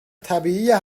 طبیعیه